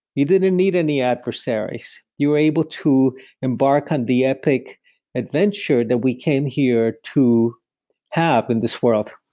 you didn't need any adversaries. you were able to embark on the epic adventure that we came here to have in this world.